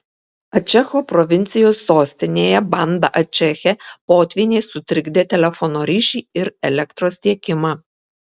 ačecho provincijos sostinėje banda ačeche potvyniai sutrikdė telefono ryšį ir elektros tiekimą